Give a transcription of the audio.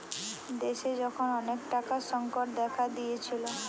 দেশে যখন অনেক টাকার সংকট দেখা দিয়েছিলো